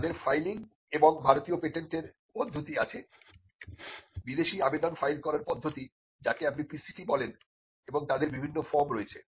তাদের ফাইলিং এবং ভারতীয় পেটেন্টের পদ্ধতি আছে বিদেশি আবেদন ফাইল করার পদ্ধতি যাকে আপনি PCT বলেন এবং তাদের বিভিন্ন ফর্ম রয়েছে